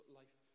life